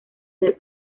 del